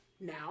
now